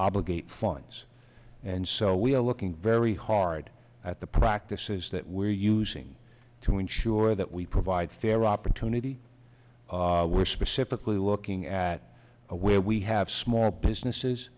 obligate funds and so we are looking very hard at the practices that we're using to ensure that we provide fair opportunity we're specifically looking at where we have small businesses